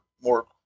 more